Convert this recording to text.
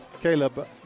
Caleb